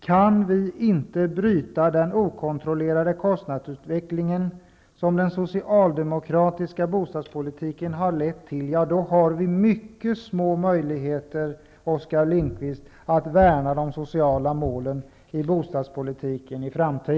Kan vi inte bryta den okontrollerade kostnadsutvecklingen som den socialdemokratiska bostadspolitiken lett till, har vi i framtiden, Oskar Lindkvist, mycket små möjligheter att värna de sociala målen i bostadspolitiken.